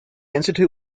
institute